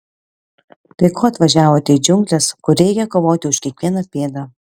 tai ko atvažiavote į džiungles kur reikia kovoti už kiekvieną pėdą